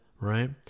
right